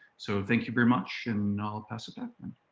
so thank you very much and i'll pass it